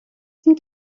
seem